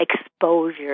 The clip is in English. exposure